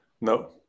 no